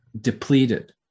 depleted